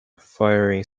firing